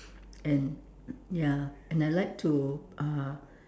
and ya and I like to uh